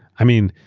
i mean,